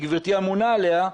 שגברתי אמונה עליה,